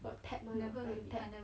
got tap mah like tap